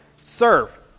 serve